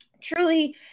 truly